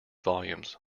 volumes